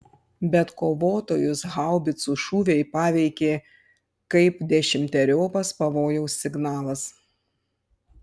bet kovotojus haubicų šūviai paveikė kaip dešimteriopas pavojaus signalas